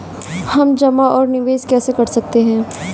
हम जमा और निवेश कैसे कर सकते हैं?